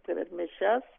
per mišias